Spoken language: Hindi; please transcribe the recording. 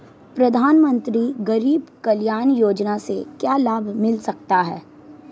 प्रधानमंत्री गरीब कल्याण योजना से क्या लाभ मिल सकता है?